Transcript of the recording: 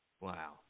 wow